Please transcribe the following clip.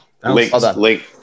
Link